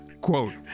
quote